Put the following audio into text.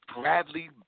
Bradley